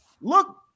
look